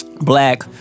black